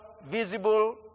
visible